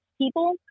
people